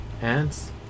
Hands